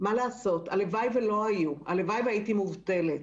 והלוואי ולא היו והייתי מובטלת,